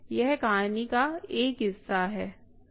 यह कहानी का एक हिस्सा है